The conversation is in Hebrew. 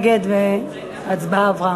לדיון מוקדם בוועדה שתקבע ועדת הכנסת נתקבלה.